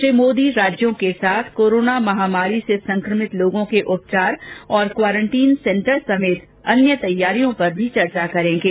श्री मोदी राज्यों के साथ कोरोना महामारी से संक्रमित लोगों के उपचार क्वारंटीन सेंटर समेत अन्य तैयारियों पर भी चर्चा करेंगे